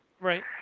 Right